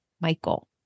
Michael